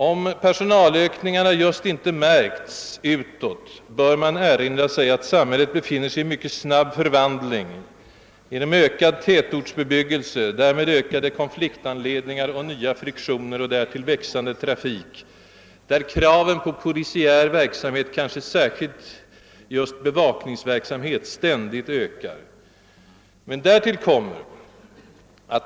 Om personalökningarna just inte märkts utåt, bör man erinra sig att samhället befinner sig i mycket snabb förvandling genom ökad tätortsbebyggelse och därmed ökade konfliktanledningar och nya friktioner. Härtill kommer den växande trafiken, där kraven på polisiär verksamhet — kanske särskilt just bevakningsverksamhet — ständigt ökar.